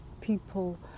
people